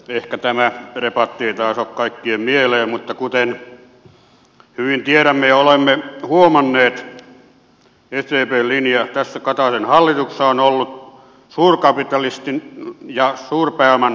ehkä tämä debatti ei taas ole kaikkien mieleen mutta kuten hyvin tiedämme ja olemme huomanneet sdpn linja tässä kataisen hallituksessa on ollut suurkapitalistin ja suurpääoman puolustava linja